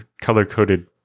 color-coded